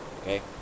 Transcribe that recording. okay